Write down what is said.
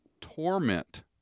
torment